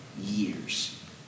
years